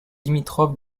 limitrophe